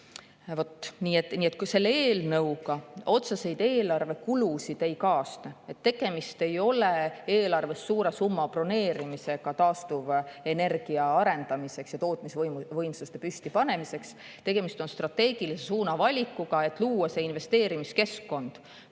Nii et selle eelnõuga otseseid kulusid eelarvele ei kaasne, tegemist ei ole eelarvest suure summa broneerimisega taastuvenergia arendamiseks ja tootmisvõimsuste püstipanemiseks. Tegemist on strateegilise suuna valikuga, et luua investeerimiskeskkond,